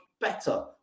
better